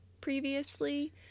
previously